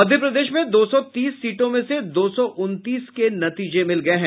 मध्य प्रदेश में दो सौ तीस सीटों में से दो सौ उनतीस के नतीजे मिल गए हैं